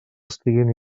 estiguin